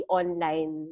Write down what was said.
online